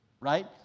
right